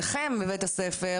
חווית את זה?